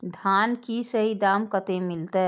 धान की सही दाम कते मिलते?